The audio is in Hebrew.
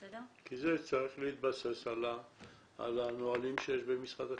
כי זה צריך להתבסס על הנהלים שיש במשרד הקליטה.